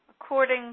according